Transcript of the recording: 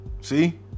See